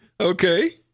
Okay